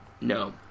No